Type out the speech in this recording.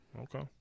Okay